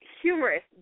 humorous